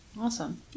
Awesome